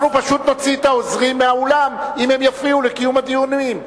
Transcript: אנחנו פשוט נוציא את העוזרים מהאולם אם הם יפריעו לקיום הדיונים.